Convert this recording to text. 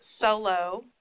Solo